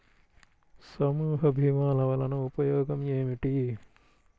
సమూహ భీమాల వలన ఉపయోగం ఏమిటీ?